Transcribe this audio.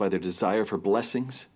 by their desire for blessings